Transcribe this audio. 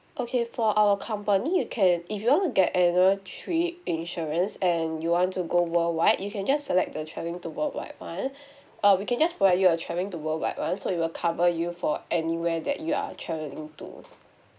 okay for our company you can if you want to get annual trip insurance and you want to go worldwide you can just select the travelling to worldwide [one] uh we can just provide you a travelling to worldwide [one] so it will cover you for anywhere that you are travelling to